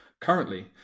currently